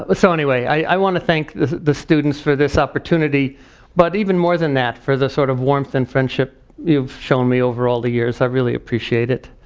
but so anyway, i want to thank the students for this opportunity but even more than that, for the sort of warmth and friendship you've shown me over all the years. i really appreciate it.